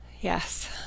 Yes